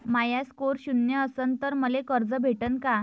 माया score शून्य असन तर मले कर्ज भेटन का?